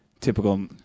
typical